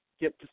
get